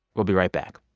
we'll be right back